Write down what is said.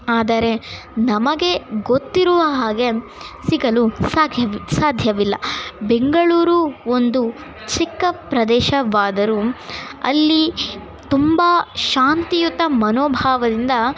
ಆದರೆ ನಮಗೆ ಗೊತ್ತಿರುವ ಹಾಗೆ ಸಿಗಲು ಸಾಧ್ಯವಿ ಸಾಧ್ಯವಿಲ್ಲ ಬೆಂಗಳೂರು ಒಂದು ಚಿಕ್ಕ ಪ್ರದೇಶವಾದರೂ ಅಲ್ಲಿ ತುಂಬ ಶಾಂತಿಯುತ ಮನೋಭಾವದಿಂದ